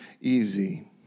easy